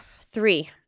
three